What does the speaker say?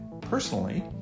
Personally